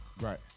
Right